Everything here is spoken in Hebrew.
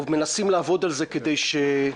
עוד מנסים לעבוד על זה כדי שזה יהיה